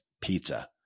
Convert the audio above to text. pizza